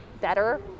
better